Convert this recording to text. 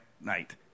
night